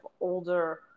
older